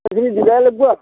সেইখিনি দিবই লাগিব আৰু